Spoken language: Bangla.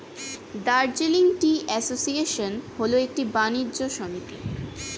দার্জিলিং টি অ্যাসোসিয়েশন হল একটি বাণিজ্য সমিতি